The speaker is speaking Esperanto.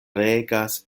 regas